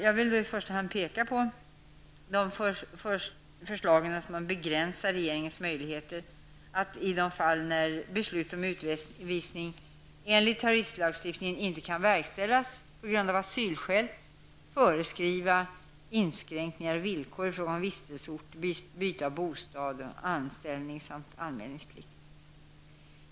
Jag vill i första hand peka på de förslag som begränsar regeringens möjligheter att i de fall beslut om utvisning enligt terroristlagstiftningen inte kan verkställas på grund av asylskäl, föreskriva inskränkningar och villkor i fråga om vistelseort, byte av bostad och anställning samt anmälningsplikt.